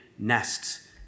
nests